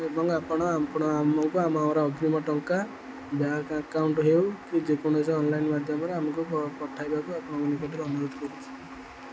ଏବଂ ଆପଣ ଆମକୁ ଆମ ଆମର ଅଗ୍ରୀମ ଟଙ୍କା ବ୍ୟାଙ୍କ ଆକାଉଣ୍ଟ ହେଉ କି ଯେକୌଣସି ଅନ୍ଲାଇନ୍ ମାଧ୍ୟମରେ ଆମକୁ ପଠାଇବାକୁ ଆପଣଙ୍କ ନିକଟରେ ଅନୁରୋଧ କରୁଛନ୍ତି